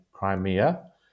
Crimea